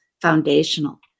foundational